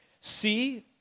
See